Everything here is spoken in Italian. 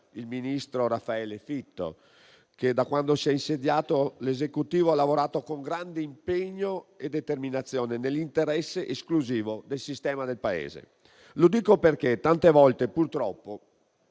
il ministro Raffaele Fitto che, da quando si è insediato l'Esecutivo, ha lavorato con grande impegno e determinazione nell'interesse esclusivo del Paese. Lo dico perché tante volte, purtroppo,